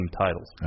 titles